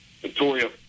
Victoria